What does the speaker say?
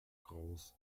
groß